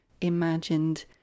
imagined